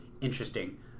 interesting